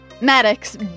Maddox